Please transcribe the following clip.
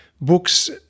books